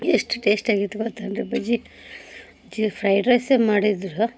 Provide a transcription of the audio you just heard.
ಎಷ್ಟು ಟೇಸ್ಟ್ ಆಗೈತಿ ಗೊತ್ತಾ ಅಂದರೆ ಭಾಜಿ ಭಾಜಿ ಫ್ರೈಡ್ ರೈಸು ಮಾಡಿದರು